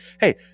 hey